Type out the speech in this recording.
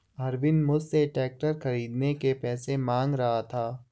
अरविंद मुझसे ट्रैक्टर खरीदने के पैसे मांग रहा था